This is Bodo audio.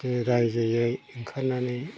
रायजोयै ओंखारनानै